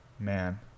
man